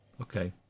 Okay